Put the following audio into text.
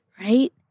right